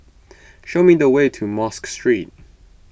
show me the way to Mosque Street